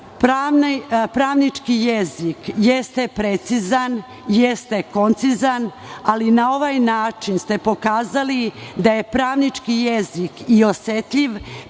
Pravnički jezik jeste precizan, jeste koncizan, ali na ovaj način ste pokazali da je pravnički jezik i osetljiv